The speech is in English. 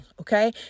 Okay